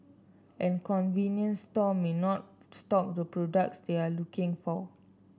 and convenience store may not stock the products they are looking for